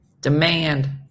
Demand